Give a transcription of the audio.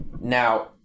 Now